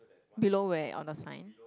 below where on a sign